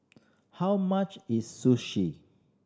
how much is Sushi